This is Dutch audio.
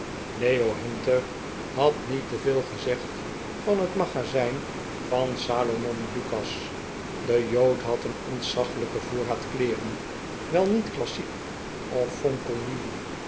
leo hunter had niet te veel gezegd van het magazijn van salomon lucas de jood had een ontzaglijken voorraad kleeren wel niet klassiek of